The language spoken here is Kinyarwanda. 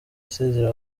asezera